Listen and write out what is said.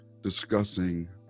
discussing